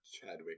Chadwick